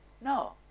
No